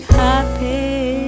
happy